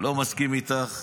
לא מסכים איתך,